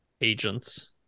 agents